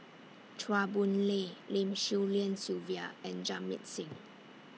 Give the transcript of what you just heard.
Chua Boon Lay Lim Swee Lian Sylvia and Jamit Singh